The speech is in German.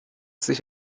sich